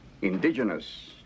Indigenous